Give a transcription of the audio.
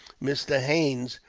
mr. haines,